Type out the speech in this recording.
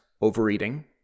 overeating